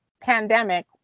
pandemic